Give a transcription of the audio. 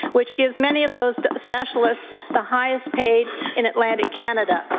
which gives many of those specialists the highest paid in atlantic canada.